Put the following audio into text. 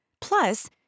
Plus